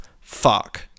fuck